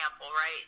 right